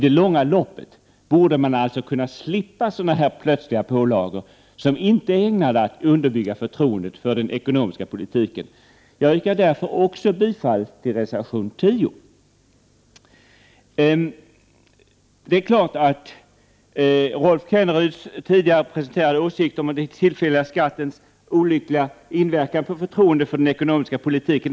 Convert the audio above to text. I det långa loppet borde man alltså slippa sådana plötsliga pålagor som inte är ägnade att underbygga förtroendet för den ekonomiska politiken. Jag yrkar därför bifall även till reservation 10. Det är klart att vi i miljöpartiet delar Rolf Kenneryds tidigare presenterade åsikt om den tillfälliga skattens olyckliga inverkan på förtroendet för den ekonomiska politiken.